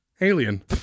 Alien